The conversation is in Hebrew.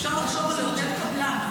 אפשר לחשוב על לעודד קבלן,